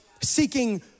seeking